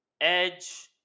Edge